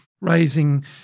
raising